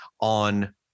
on